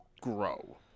grow